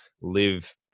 live